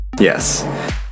Yes